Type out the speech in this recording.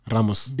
Ramos